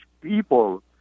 people